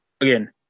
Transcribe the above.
again